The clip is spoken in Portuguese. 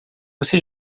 você